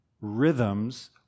rhythms